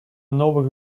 новых